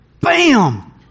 bam